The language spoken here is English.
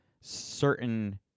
certain